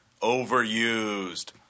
overused